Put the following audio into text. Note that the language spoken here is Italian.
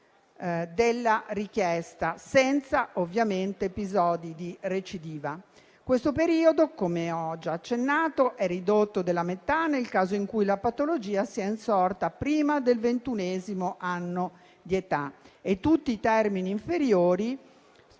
della richiesta, senza ovviamente episodi di recidiva. Questo periodo - come ho già accennato - è ridotto della metà nel caso in cui la patologia sia insorta prima del ventunesimo anno di età. Tutti i termini inferiori